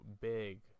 big